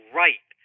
right